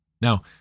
Now